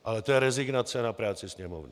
Ale to je rezignace na práci Sněmovny.